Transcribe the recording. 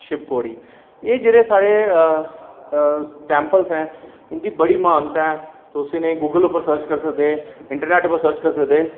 शिवखोड़ी एह् जेह्ड़े साढ़े टैंपल ऐ इंदी बड़ी मानता ऐ तुस इ'नेंई गूगल उप्पर सर्च करी सकदे इ'नें इंटरनैट पर सर्च करी सकदे ते